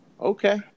Okay